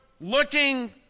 looking